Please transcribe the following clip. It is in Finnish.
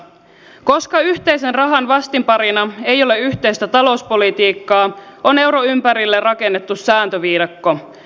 koska yhteisen rahan vastinparina ei ole yhteistä talouspolitiikkaa on euron ympärille rakennettu sääntöviidakko